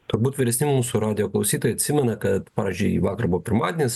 turbūt vyresni mūsų radijo klausytojai atsimena kad pavyzdžiui vakar buvo pirmadienis